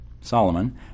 Solomon